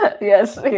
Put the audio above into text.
Yes